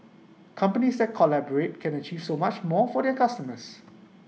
companies that collaborate can achieve so much more for their customers